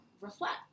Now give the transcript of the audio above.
reflect